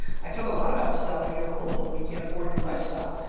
i talk a lot about selling your home when you can't afford your lifestyle.